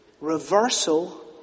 reversal